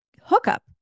hookup